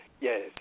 yes